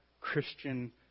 Christian